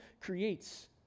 creates